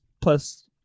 plus